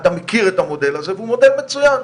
אתה מכיר את המודל הזה והוא מודל מצוין.